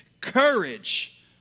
Courage